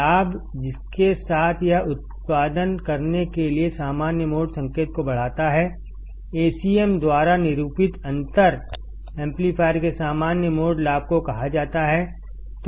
लाभ जिसके साथ यह उत्पादन करने के लिए सामान्य मोड संकेत को बढ़ाता हैAcm द्वारा निरूपितअंतर एम्पलीफायर के सामान्य मोड लाभ को कहाजाता है